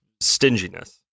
stinginess